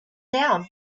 down